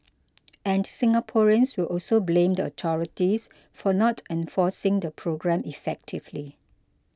and Singaporeans will also blame the authorities for not enforcing the programme effectively